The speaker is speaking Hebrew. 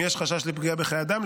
אם יש חשש לפגיעה בחיי אדם,